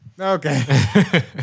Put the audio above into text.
Okay